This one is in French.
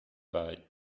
pas